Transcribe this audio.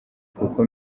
kuko